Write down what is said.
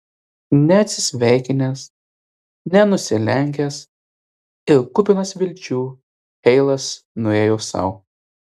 neatsisveikinęs nenusilenkęs ir kupinas vilčių heilas nuėjo sau